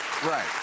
Right